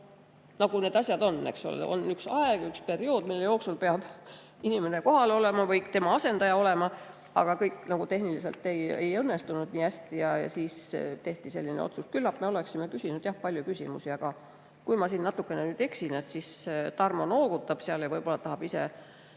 nagu need asjad on: on üks aeg, üks periood, mille jooksul peab kohal olema inimene ise või tema asendaja. Kõik tehniliselt ei õnnestunud nii hästi ja siis tehti selline otsus. Küllap me oleksime küsinud palju küsimusi, aga kui ma siin natukene nüüd eksin, siis … Tarmo noogutab seal, võib-olla ta tahab ise